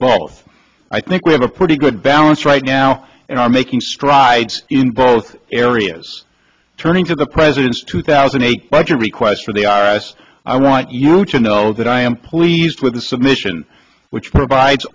both i think we have a pretty good balance right now and are making strides in both areas turning to the president's two thousand and eight budget request for the i r s i want you to know that i am pleased with the submission which provides